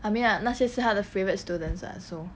I mean like 那些是她的 favourite students [what] so